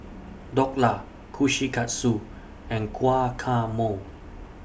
Dhokla Kushikatsu and Guacamole